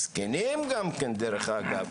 זקנים גם כן דרך אגב,